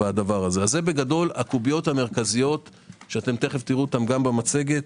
זה בגדול הקוביות המרכזיות שתראו אותן גם במצגת.